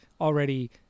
already